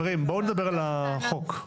בואו נדבר על החוק.